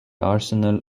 arsenal